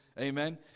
Amen